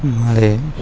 મારે